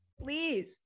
please